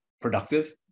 productive